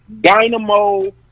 dynamo